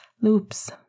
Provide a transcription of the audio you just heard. loops